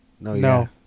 No